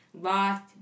lost